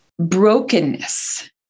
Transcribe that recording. brokenness